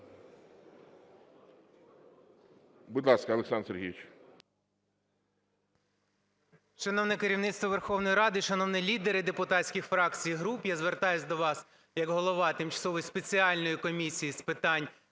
Будь ласка, Олександр Сергійович.